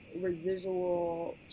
residual